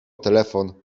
telefon